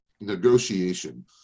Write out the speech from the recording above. negotiation